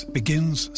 begins